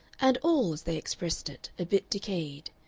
and all, as they expressed it, a bit decayed.